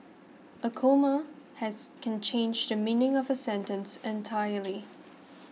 a comma has can change the meaning of a sentence entirely